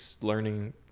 learning